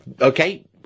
okay